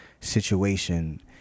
situation